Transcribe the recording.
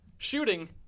Shooting